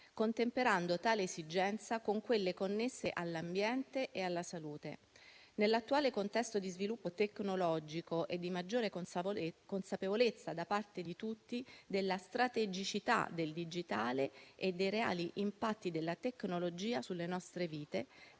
contemperando tale esigenza con quelle connesse all'ambiente e alla salute. Nell'attuale contesto di sviluppo tecnologico e di maggiore consapevolezza da parte di tutti della strategicità del digitale e dei reali impatti della tecnologia sulle nostre vite,